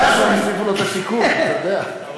רק עכשיו הוסיפו לו את "השיכון", אתה יודע.